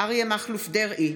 אריה מכלוף דרעי,